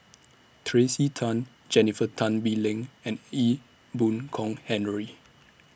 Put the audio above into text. Tracey Tan Jennifer Tan Bee Leng and Ee Boon Kong Henry